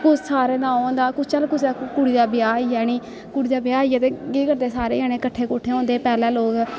कोई सारें दा ओह् होंदा चल कुसा कुड़ी दा ब्याह होई गेआ कुड़ी दा ब्याह होई गेआ ते केह् करदे सारे जने कट्ठे कुट्ठे होंदे पैह्लें लोक